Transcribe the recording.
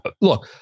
look